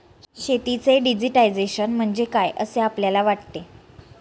शेतीचे डिजिटायझेशन म्हणजे काय असे आपल्याला वाटते?